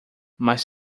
mas